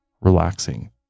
relaxing